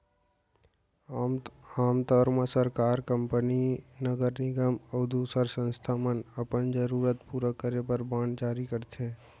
आम तौर म सरकार, कंपनी, नगर निगम अउ दूसर संस्था मन अपन जरूरत पूरा करे बर बांड जारी करथे